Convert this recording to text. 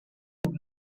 would